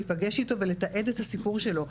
להיפגש איתו ולתעד את הסיפור שלו,